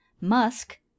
musk